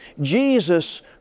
Jesus